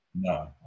no